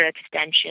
extension